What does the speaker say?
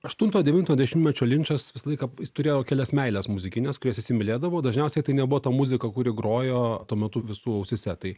aštunto devinto dešimtmečio linčas visą laiką jis turėjo kelias meilės muzikines kurias įsimylėdavo dažniausiai tai nebuvo ta muzika kuri grojo tuo metu visų ausyse tai